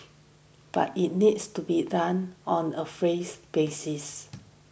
but it needs to be done on a phase basis